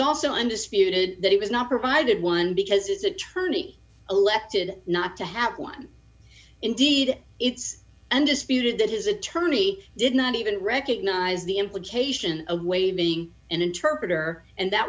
also undisputed that he was not provided one because its attorney elected not to have one indeed it's undisputed that his attorney did not even recognize the implication away being an interpreter and that